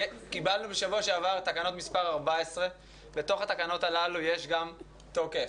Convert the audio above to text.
קיבלנו בשבוע שעבר תקנות מס' 14. בתקנות הללו יש גם תוקף.